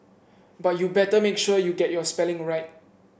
but you better make sure you get your spelling right